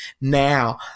Now